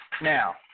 Now